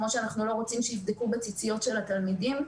כפי שאנחנו לא רוצים שיבדקו בציציות של התלמידים.